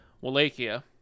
Wallachia